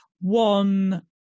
one